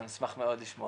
ואני אשמח מאוד לשמוע.